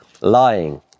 lying